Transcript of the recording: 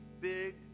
big